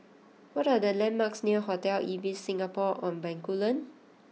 what are the landmarks near Hotel Ibis Singapore on Bencoolen